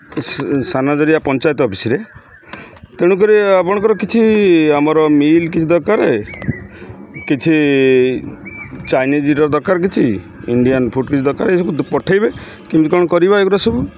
ସାନ ଜରିଆ ପଞ୍ଚାୟତ ଅଫିସ୍ରେ ତେଣୁକରି ଆପଣଙ୍କର କିଛି ଆମର ମିଲ୍ କିଛି ଦରକାର କିଛି ଚାଇନିଜ୍ର ଦରକାର କିଛି ଇଣ୍ଡିଆନ୍ ଫୁଡ଼୍ କିଛି ଦରକାର ଏସବୁ ପଠାଇବେ କେମିତି କ'ଣ କରିବା ଏଗୁଡ଼ା ସବୁ